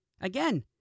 Again